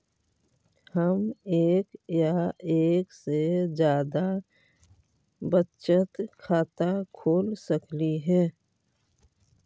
हम एक या एक से जादा बचत खाता खोल सकली हे?